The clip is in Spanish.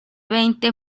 veinte